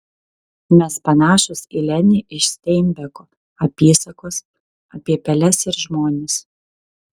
mes panašūs į lenį iš steinbeko apysakos apie peles ir žmones